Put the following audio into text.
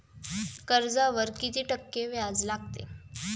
कर्जावर किती टक्के व्याज लागते?